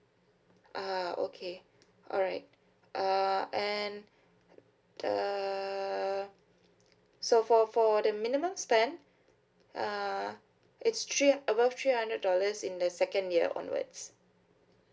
ah okay alright uh and the so for for the minimum spend uh it's three above three hundred dollars in the second year onwards